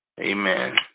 Amen